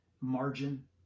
margin